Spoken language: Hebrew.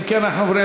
אם כן, אנחנו עוברים